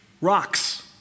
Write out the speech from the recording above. Rocks